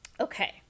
Okay